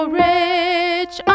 rich